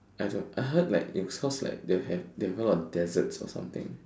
I don't I heard like if cause like they have they have a lot deserts or something